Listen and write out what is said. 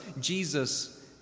Jesus